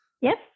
Yes